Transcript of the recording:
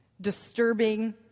disturbing